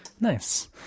nice